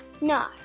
No